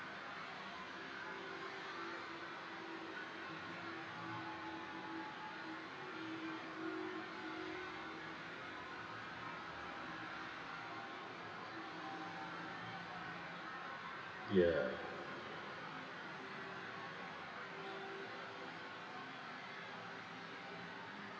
ya